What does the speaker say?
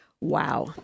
Wow